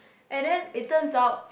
and then it turns out